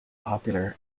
popular